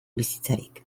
bizitzarik